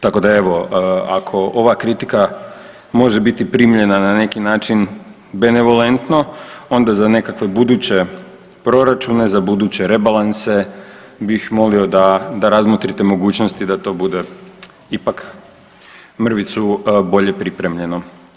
Tako da evo, ako ova kritika može biti primljena na neki način benevolentno, onda za nekakve buduće proračune, za buduće rebalanse bih molio da razmotrite mogućnosti da to bude ipak mrvicu bolje pripremljeno.